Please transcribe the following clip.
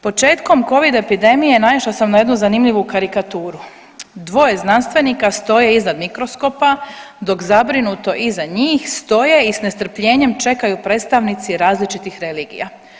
Početkom covid epidemije naišla sam na jednu zanimljivu karikaturu, dvoje znanstvenika stoje iznad mikroskopa dok zabrinuto iza njih stoje i s nestrpljenjem čekaju predstavnici različitih religija.